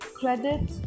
Credit